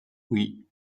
oui